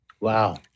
Wow